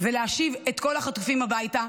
ולהשיב את כל החטופים הביתה,